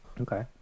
Okay